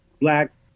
blacks